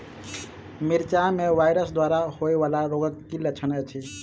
मिरचाई मे वायरस द्वारा होइ वला रोगक की लक्षण अछि?